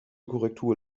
korrektur